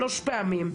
שלוש פעמים.